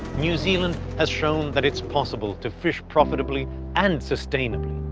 new zealand has shown that it's possible to fish profitably and sustainably.